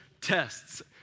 tests